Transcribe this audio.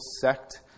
sect